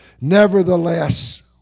Nevertheless